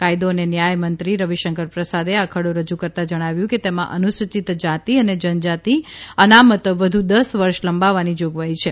કાયદો અને ન્યાયમંત્રી રવિશંકર પ્રસાદે આ ખરડો રજૂ કરતાં જણાવ્યું કે તેમાં અનુસૂચિત જાતિ અને જનજાતિ અનામત વધુ દસ વર્ષ લંબાવવાની જોગવાઇ છે